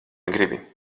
gribi